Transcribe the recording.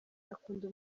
akunda